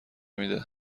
میده